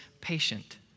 patient